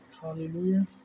Hallelujah